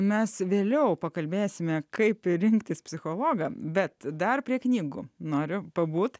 mes vėliau pakalbėsime kaip rinktis psichologą bet dar prie knygų noriu pabūt